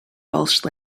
welsh